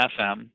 FM